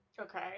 Okay